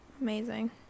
Amazing